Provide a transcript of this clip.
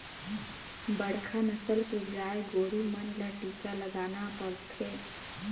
बड़खा नसल के गाय गोरु मन ल टीका लगाना परथे